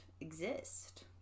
Exist